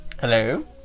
Hello